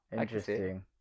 Interesting